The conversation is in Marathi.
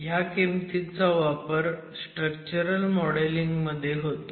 ह्या किमतींचा वापर स्ट्रक्चरल मॉडेल मध्ये होतो